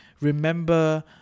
remember